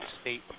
state